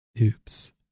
Oops